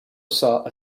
saw